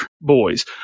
boys